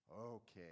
Okay